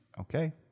Okay